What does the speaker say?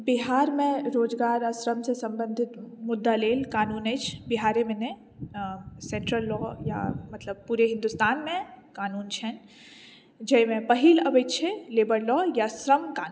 बिहारमे रोजगार आ श्रमसँ सम्बन्धित मुद्दा लेल कानून अछि बिहारेमे नहि सेन्ट्रल लॉ या मतलब पूरे हिन्दुस्तानमे कानून छैन्ह जाहिमे पहिल अबैत छै लेबर लॉ या श्रम कानून